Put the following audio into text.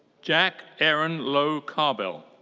jack aaron lowe-carbell.